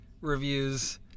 reviews